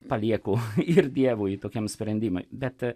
palieku ir dievui tokiam sprendimui bet